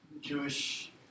Jewish